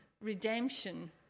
redemption